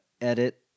edit